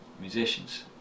musicians